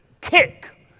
kick